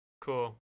Cool